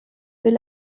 will